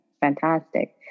fantastic